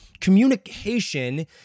Communication